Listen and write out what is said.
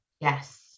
Yes